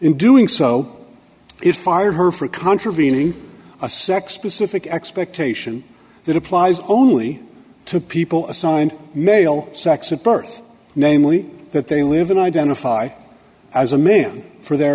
in doing so it fired her for contravening a sex specific expectation that applies only to people assigned male sex at birth namely that they live and identify as a man for their